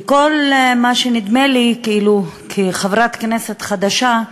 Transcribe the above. וכל מה שנדמה לי, כחברת כנסת חדשה,